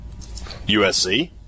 USC